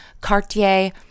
Cartier